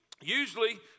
Usually